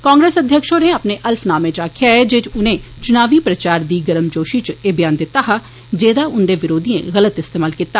कांग्रेस अध्यक्ष होरें अपने अलफ़नामें च आक्खेआ ऐ जे उनें चुनावी प्रचार दी गर्मजोषी च एह ब्यान दित्ता हा जेहदा उन्दे बिरोधियें गल्त इस्तेमाल कीता